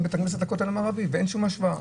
בתי כנסת לכותל המערבי ואין שום השוואה.